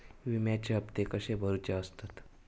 विम्याचे हप्ते कसे भरुचे असतत?